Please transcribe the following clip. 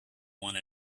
one